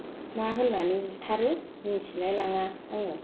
मा होनानै बुथारो मिथिलायलाङा आङो